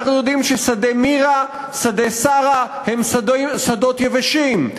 אנחנו יודעים ששדה-מירה ושדה-שרה הם שדות יבשים,